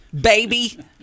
baby